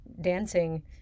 dancing